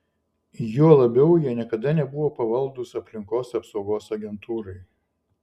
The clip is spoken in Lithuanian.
juo labiau jie niekada nebuvo pavaldūs aplinkos apsaugos agentūrai